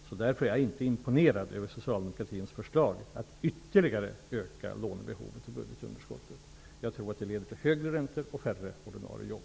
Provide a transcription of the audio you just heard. Jag är inte imponerad av socialdemokratins förslag att ytterligare öka lånebehovet och budgetunderskottet. Jag tror att det leder till högre räntor och färre ordinarie jobb.